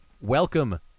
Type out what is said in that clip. Welcome